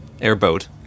airboat